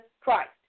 christ